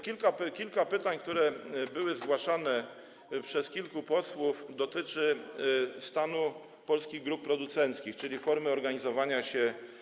Kilka pytań, które były zgłaszane przez kilku posłów, dotyczy stanu polskich grup producenckich, czyli formy organizowania się.